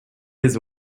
his